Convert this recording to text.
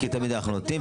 כי תמיד אנחנו נותנים,